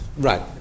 Right